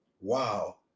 wow